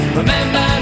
remember